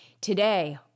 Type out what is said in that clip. Today